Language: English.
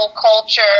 culture